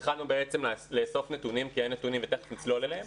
התחלנו בעצם לאסוף נתונים כי אין נתונים ותכף נצלול אליהם.